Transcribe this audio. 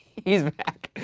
he's back.